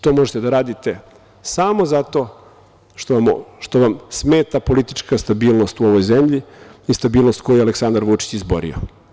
To možete da radite samo zato što vam smeta politička stabilnost u ovoj zemlji i stabilnost za koju se Aleksandar Vučić izborio.